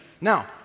Now